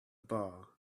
bar